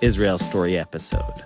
israel story episode.